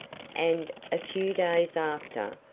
and, a few days after,